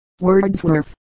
Wordsworth